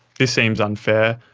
this seems unfair,